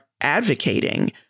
advocating